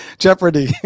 Jeopardy